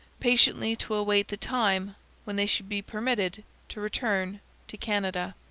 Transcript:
patiently to await the time when they should be permitted to return to canada.